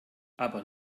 aber